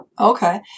Okay